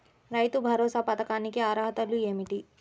రైతు భరోసా పథకానికి అర్హతలు ఏమిటీ?